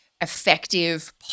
effective